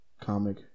comic